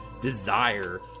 desire